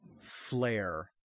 flare